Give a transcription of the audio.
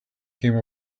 came